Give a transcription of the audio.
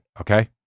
okay